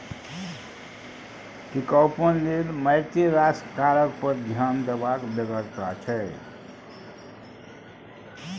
टिकाउपन लेल मारिते रास कारक पर ध्यान देबाक बेगरता छै